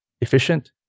efficient